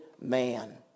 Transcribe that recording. man